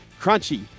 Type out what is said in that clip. crunchy